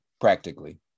practically